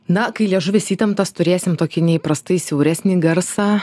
na kai liežuvis įtemptas turėsim tokį neįprastai siauresnį garsą